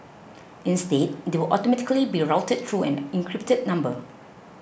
instead they will automatically be routed through an encrypted number